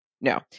No